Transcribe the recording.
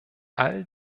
all